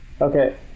Okay